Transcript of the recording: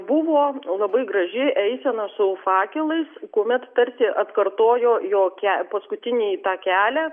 buvo labai graži eisena su fakelais kuomet tarsi atkartojo jo ke paskutinį tą kelią